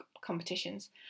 competitions